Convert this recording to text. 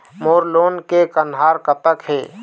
मोर loan के कन्हार कतक हे?